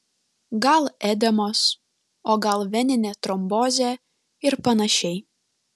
gal edemos o gal veninė trombozė ir panašiai